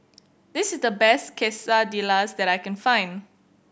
this is the best Quesadillas that I can find